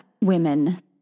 women